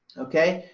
ok,